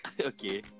Okay